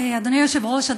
אדוני היושב-ראש,